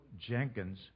Jenkins